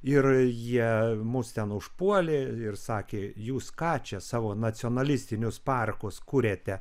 ir jie mus ten užpuolė ir sakė jūs ką čia savo nacionalistinius parkus kuriate